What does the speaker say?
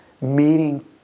meeting